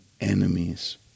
enemies